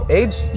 age